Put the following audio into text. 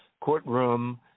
courtroom